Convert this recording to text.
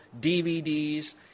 dvds